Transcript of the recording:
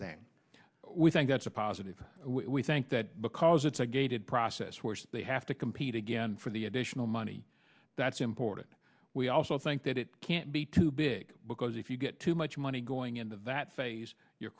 thing we think that's a positive we think that because it's a gated process force they have to compete again for the additional money that's important we also think that it can't be too big because if you get too much money going into that